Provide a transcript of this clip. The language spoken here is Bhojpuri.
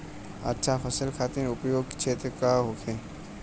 अच्छा फसल खातिर उपयुक्त क्षेत्र का होखे?